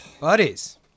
Buddies